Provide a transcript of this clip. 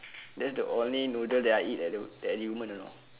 that is the only noodle that I eat at the at yumen you know